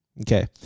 Okay